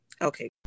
Okay